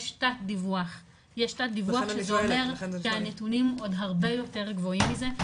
יש תת דיווח זה אומר שהנתונים עוד הרבה יותר גבוהים מזה,